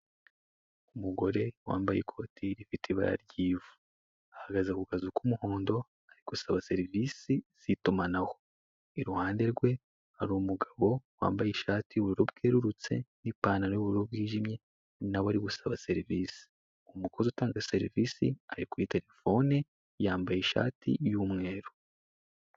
Umugore wambaye ikoti rifite ibara ry'ivu. Ahagaze ku kazu k'umuhondo, ari gusaba serivisi z'itumanaho. Iruhande rwe hari umugabo wambaye ishati y'ubururu bwererutse n'ipantaro y'ubururu bwijimye, na we ari gusaba serivisi. Umukozi utanga serivisi ari kuri telefoni, yambaye ishati y'umweru.